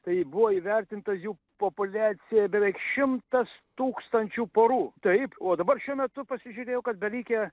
tai buvo įvertinta jų populiacija beveik šimtas tūkstančių porų taip o dabar šiuo metu pasižiūrėjau kad belikę